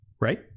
right